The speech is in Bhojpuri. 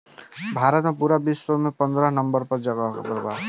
भारत के पूरा विश्व में पन्द्रह नंबर पर जगह बा